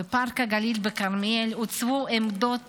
בפארק הגליל בכרמיאל הוצבו עמדות